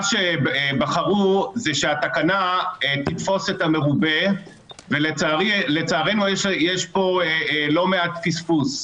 מה שבחרו זה שהתקנה תתפוס את המרובה ולצערנו יש פה לא מעט פספוס,